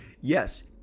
Yes